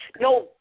no